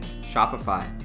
Shopify